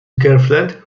girlfriend